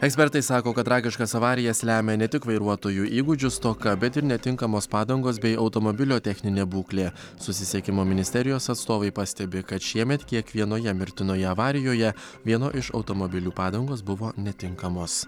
ekspertai sako kad tragiškas avarijas lemia ne tik vairuotojų įgūdžių stoka bet ir netinkamos padangos bei automobilio techninė būklė susisiekimo ministerijos atstovai pastebi kad šiemet kiekvienoje mirtinoje avarijoje vieno iš automobilių padangos buvo netinkamos